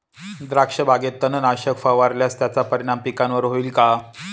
द्राक्षबागेत तणनाशक फवारल्यास त्याचा परिणाम पिकावर होईल का?